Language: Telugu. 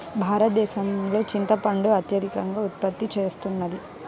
భారతదేశం చింతపండును అత్యధికంగా ఉత్పత్తి చేస్తున్నది